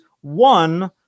One